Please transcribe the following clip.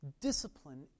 Discipline